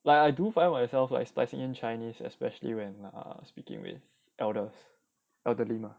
like I do find myself expressing in chinese especially when speaking with elders elderly mah